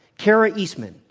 kara eastman,